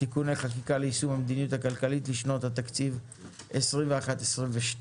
(תיקוני חקיקה ליישום המדיניות הכלכלית לשנות התקציב 2021 ו-2022.